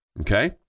Okay